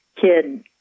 kid